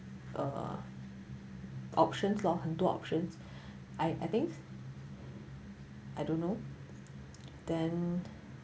err options lor 很多 options I I think I don't know then